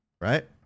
right